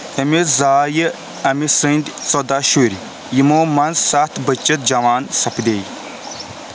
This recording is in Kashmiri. أمِس زایہِ أمہِ سٕنٛدِ ژۄداہ شُرۍ یِمَو منٛز سَتھ بچِتھ جوان سپدییہِ